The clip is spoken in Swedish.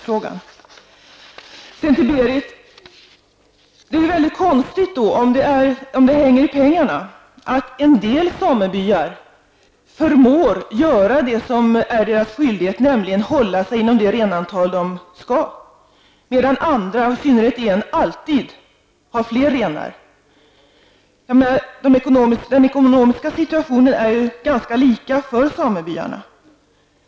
Till Berith Eriksson: Det är väldigt konstigt om det hänger ihop med pengarna att en del samebyar förmår göra det som är deras skyldighet, nämligen att hålla sig inom det renantal som de skall, medan andra, i synnerhet en, alltid har fler renar. Den ekonomiska situationen är ganska lika för samebyarna.